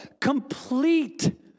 complete